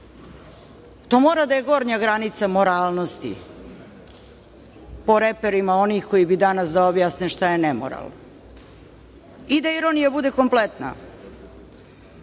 To mora da je gornja granica moralnosti po reperima onih koji bi danas da objasne šta je nemoral. Da ironija bude kompletna,